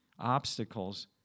obstacles